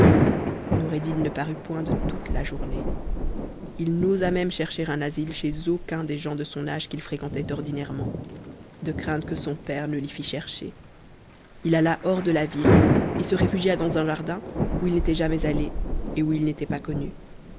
noureddin ne parut point de toute la journée il n'osa même chercher un asile chez aucun des jeunes gens de son âge qu'il fréquentait ordinairement de crainte que son père ne l'y fit chercher il alla hors de la ville et se réfugia dans un jardin où il n'était jamais allé et où il n'était pas connu